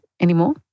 anymore